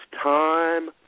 time